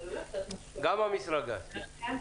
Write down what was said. בבקשה.